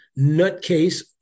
nutcase